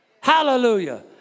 Hallelujah